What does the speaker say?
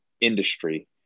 industry